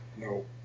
no